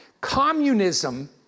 communism